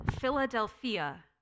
Philadelphia